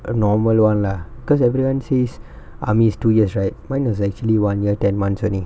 a normal [one] lah because everyone says army is two years right mine is actually one year ten months only